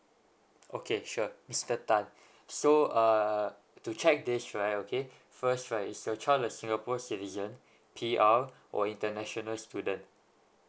okay sure mister tan so uh to check this right okay first right is your child a singapore citizen p r or international student